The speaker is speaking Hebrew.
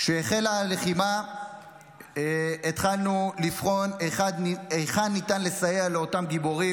כשהחלה הלחימה התחלנו לבחון היכן ניתן לסייע לאותם גיבורים,